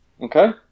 Okay